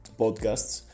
podcasts